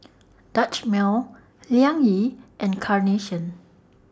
Dutch Mill Liang Yi and Carnation